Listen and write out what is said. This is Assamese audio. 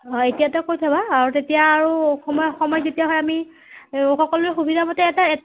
অঁ এতিয়াতে কৈ থবা তেতিয়া আৰু সময় সময় যেতিয়া হয় আমি সকলোৰে সুবিধা মতে এটা